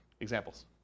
Examples